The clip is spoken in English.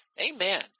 Amen